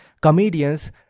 comedians